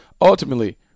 Ultimately